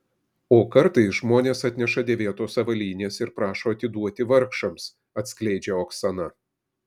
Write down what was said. o kartais žmonės atneša dėvėtos avalynės ir prašo atiduoti vargšams atskleidžia oksana